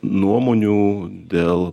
nuomonių dėl